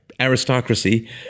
aristocracy